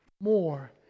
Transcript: more